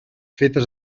fetes